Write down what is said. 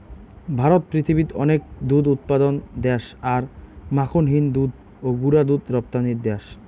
ভারত পৃথিবীত অনেক দুধ উৎপাদন দ্যাশ আর মাখনহীন দুধ ও গুঁড়া দুধ রপ্তানির দ্যাশ